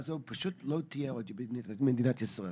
הזו פשוט לא תהיה עוד במדינת ישראל.